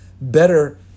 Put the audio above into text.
better